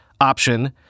option